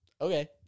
okay